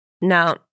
Now